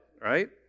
right